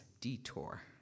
detour